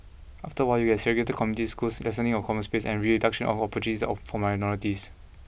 after a while you will get segregated communities schools lessening of common space and reduction of opportunities for minorities